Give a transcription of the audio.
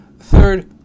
Third